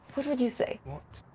what would you say? what?